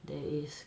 there is